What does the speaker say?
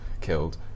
killed